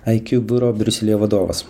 iq biuro briuselyje vadovas